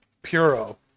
puro